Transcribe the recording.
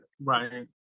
Right